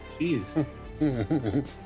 Jeez